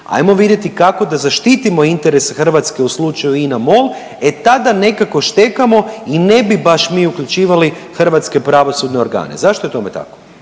hajmo vidjeti kako da zaštitimo interese Hrvatske u slučaju INA MOL e tada nekako štekamo i ne bi baš mi uključivali hrvatske pravosudne organe. Zašto je tome tako?